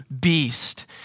beast